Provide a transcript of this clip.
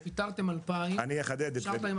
מה שאתה אומר שפיטרתם 2,000 ונשארתם עם